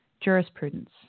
jurisprudence